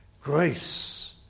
Grace